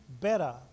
better